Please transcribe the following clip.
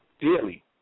daily